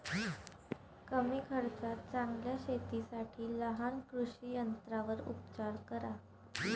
कमी खर्चात चांगल्या शेतीसाठी लहान कृषी यंत्रांवर उपचार करा